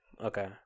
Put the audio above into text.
Okay